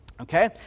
Okay